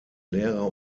lehrer